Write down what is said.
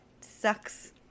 sucks